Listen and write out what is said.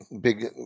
big